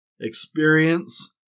experience